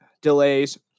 delays